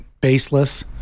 baseless